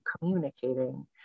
communicating